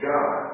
God